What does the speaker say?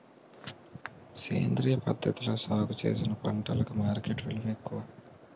సేంద్రియ పద్ధతిలో సాగు చేసిన పంటలకు మార్కెట్ విలువ ఎక్కువ